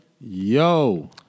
Yo